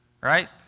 right